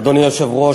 אדוני היושב-ראש,